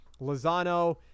Lozano